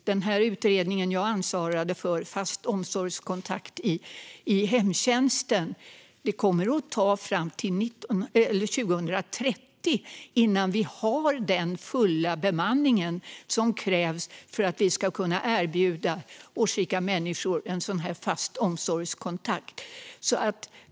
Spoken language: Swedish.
Den utredning jag ansvarade för var Fast omsorgskontakt i hemtjänsten . Det kommer att ta fram till 2030 innan vi har den fulla bemanningen som krävs för att vi ska kunna erbjuda årsrika människor en sådan fast omsorgskontakt.